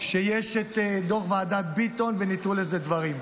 שיש את דוח ועדת ביטון --- לזה דברים.